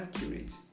accurate